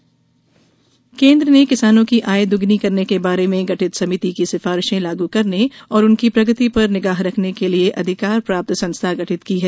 किसान संस्था गठन केन्द्र ने किसानों की आय दुगुनी करने के बारे में गठित समिति की सिफारिशें लागू करने और उनकी प्रगति पर निगाह रखने के लिए अधिकार प्राप्त संस्था गठित की है